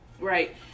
Right